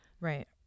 Right